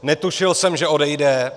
Netušil jsem, že odejde.